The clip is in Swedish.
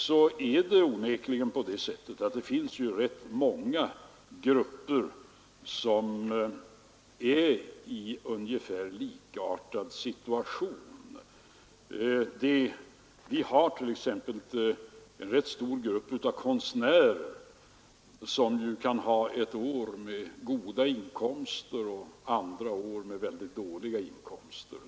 Sedan är det onekligen på det sättet att rätt många grupper är i en ungefär likartad situation. Det finns t.ex. en rätt stor grupp av konstnärer, som ju kan ha ett år med goda inkomster och andra år med väldigt dåliga inkomster.